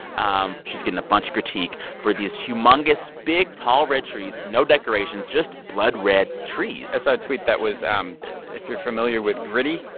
um she's getting a bunch critique for these humongous, big, tall red trees no decorations, just blood red trees i saw a tweet that was um if you're familiar with gritty.